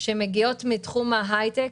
שמגיעות מתחום ההייטק.